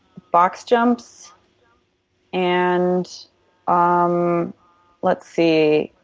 box jumps and ah um let's see,